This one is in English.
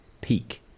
peak